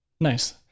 Nice